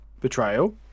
Betrayal